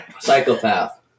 Psychopath